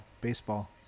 baseball